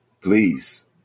Please